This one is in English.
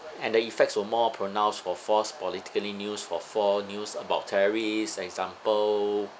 and the effects were more pronounced for false politically news or false news about terrorists example